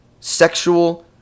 sexual